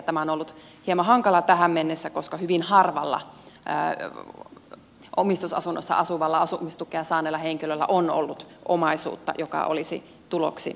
tämä on ollut hieman hankalaa tähän mennessä koska hyvin harvalla omistusasunnossa asuvalla asumistukea saaneella henkilöllä on ollut omaisuutta joka olisi tuloksi luettavaa